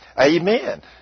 Amen